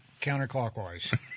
counterclockwise